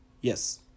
Yes